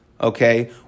okay